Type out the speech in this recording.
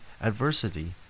adversity